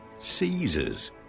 Caesar's